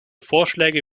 vorschläge